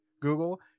google